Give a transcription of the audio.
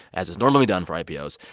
as it's normally done for ipos,